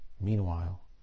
meanwhile